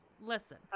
Listen